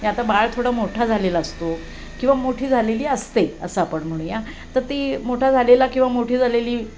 आणि आता बाळ थोडा मोठा झालेला असतो किंवा मोठी झालेली असते असा आपण म्हणूनया तर ती मोठा झालेला किंवा मोठी झालेली